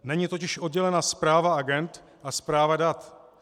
Není totiž oddělena správa agend a správa dat.